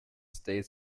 state